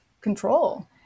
control